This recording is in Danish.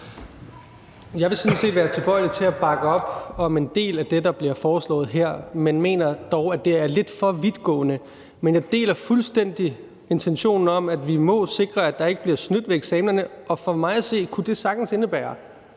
set være tilbøjelig til at bakke op om en del af det, der bliver foreslået her, men jeg mener dog, at det er lidt for vidtgående. Men jeg deler fuldstændig intentionen om, at vi må sikre, at der ikke bliver snydt ved eksamenerne, og for mig at se kunne det sagtens indebære,